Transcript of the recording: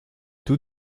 tout